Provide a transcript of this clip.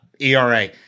ERA